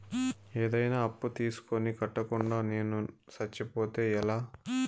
ఏదైనా అప్పు తీసుకొని కట్టకుండా నేను సచ్చిపోతే ఎలా